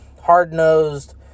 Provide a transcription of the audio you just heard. hard-nosed